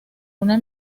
una